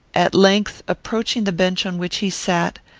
at length, approaching the bench on which he sat,